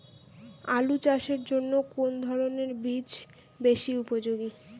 আলু চাষের জন্য কোন ধরণের বীজ বেশি উপযোগী?